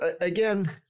again